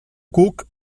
guk